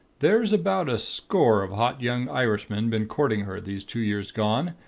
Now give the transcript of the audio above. there's about a score of hot young irishmen been courting her these two years gone,